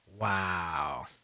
Wow